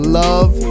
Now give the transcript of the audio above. love